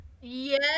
yes